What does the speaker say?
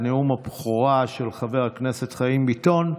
לנאום הבכורה של חבר הכנסת חיים ביטון,